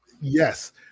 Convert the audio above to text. Yes